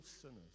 sinners